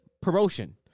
promotion